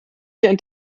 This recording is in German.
hier